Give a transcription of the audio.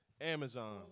Amazon